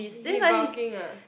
he bulking ah